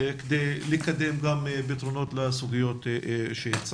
כדי לקדם גם פתרונות לסוגיות שהצעתי.